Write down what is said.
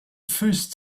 first